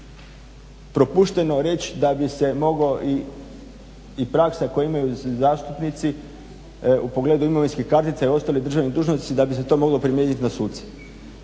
propušteno reći da bi se mogao i praksa koju imaju zastupnici u pogledu imovinskih kartica i ostalih državnih dužnosti da bi se to moglo primijenit na suce.